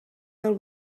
del